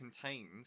contains